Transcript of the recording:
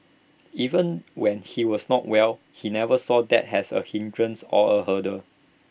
even when he was not well he never saw that as A hindrance or A hurdle